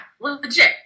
legit